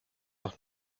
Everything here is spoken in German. doch